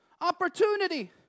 opportunity